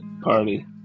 party